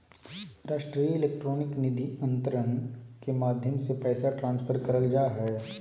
राष्ट्रीय इलेक्ट्रॉनिक निधि अन्तरण के माध्यम से पैसा ट्रांसफर करल जा हय